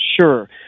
Sure